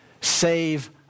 save